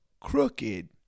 crooked